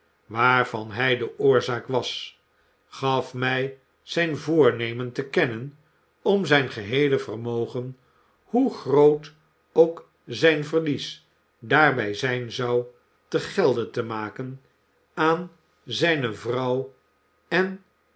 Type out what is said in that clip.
waarvan hij de oorzaak was gaf mij zijn voornemen te kennen om zijn geheele vermogen hoe groot ook zijn verlies daarbij zijn zou te gelde te maken aan zijne vrouw en